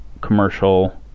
commercial